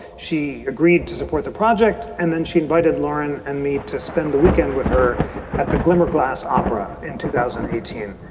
she agreed to support the project. and then she invited lauren and me to spend the weekend with her at the glimmer glass opera in two thousand and eighteen.